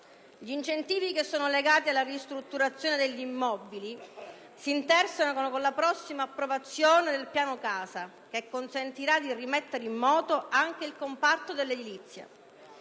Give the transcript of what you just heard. Gli incentivi legati alla ristrutturazione degli immobili si intersecano con la prossima approvazione del piano casa, che consentirà di rimettere in moto anche il comparto dell'edilizia.